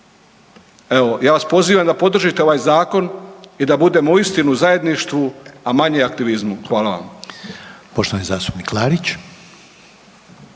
Evo ja vas pozivam da podržite ovaj zakon i da budemo uistinu u zajedništvu, a manje u aktivizmu. Hvala vam. **Reiner,